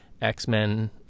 X-Men